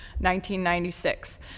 1996